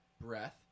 breath